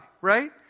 right